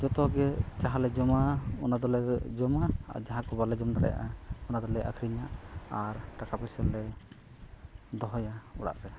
ᱡᱚᱛᱚᱜᱮ ᱡᱟᱦᱟᱸ ᱞᱮ ᱡᱚᱢᱟ ᱚᱱᱟ ᱫᱚᱞᱮ ᱡᱚᱢᱟ ᱟᱨ ᱡᱟᱦᱟᱸ ᱠᱚ ᱵᱟᱞᱮ ᱡᱚᱢ ᱫᱟᱲᱮᱭᱟᱜᱼᱟ ᱚᱱᱟᱫᱚᱞᱮ ᱟᱹᱠᱷᱟᱨᱤᱧᱟ ᱟᱨ ᱴᱟᱠᱟ ᱯᱚᱭᱥᱟᱞᱮ ᱫᱚᱦᱚᱭᱟ ᱚᱲᱟᱜ ᱨᱮ